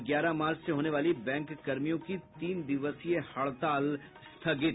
और ग्यारह मार्च से होने वाली बैंक कर्मियों की तीन दिवसीय हड़ताल स्थगित